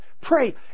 Pray